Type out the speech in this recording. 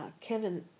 Kevin